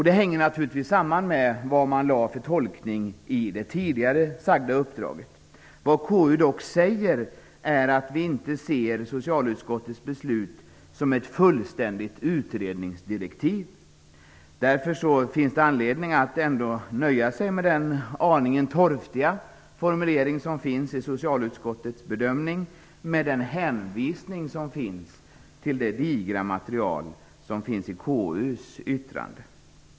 Det hänger naturligtvis samman med hur man tolkade det tidigare nämnda uppdraget. KU säger att man inte ser socialutskottets beslut som ett fullständigt utredningsdirektiv. Därför finns det, med den hänvisning som finns till det digra materialet i KU:s yttrande, anledning att nöja sig med den aningen torftiga formulering som finns i socialutskottets bedömning.